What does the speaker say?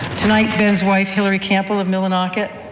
tonight, ben's wife, hilary campbell of millinocket,